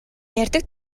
ярьдаг